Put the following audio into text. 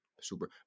super